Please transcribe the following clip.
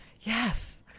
Yes